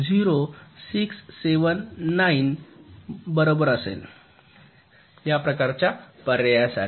0679 बरोबर असेल या प्रकारच्या पर्यायासाठी